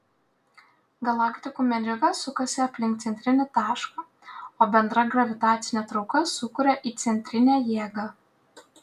galaktikų medžiaga sukasi aplink centrinį tašką o bendra gravitacinė trauka sukuria įcentrinę jėgą